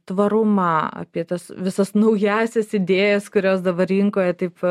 tvarumą apie tas visas naująsias idėjas kurios dabar rinkoje taip